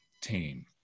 team